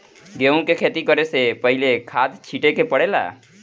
गेहू के खेती करे से पहिले खाद छिटे के परेला का?